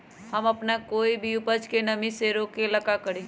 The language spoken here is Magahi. हम अपना कोई भी उपज के नमी से रोके के ले का करी?